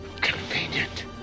Convenient